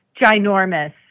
ginormous